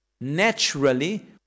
naturally